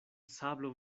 sablo